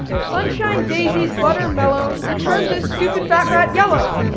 sunshine daisies butter mellow, turn this stupid fat rat yellow.